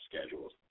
schedules